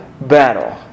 battle